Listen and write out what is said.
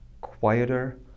quieter